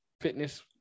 fitness